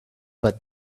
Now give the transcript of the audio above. but